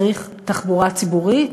צריך תחבורה ציבורית,